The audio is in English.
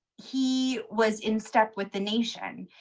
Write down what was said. he was in step with the nation.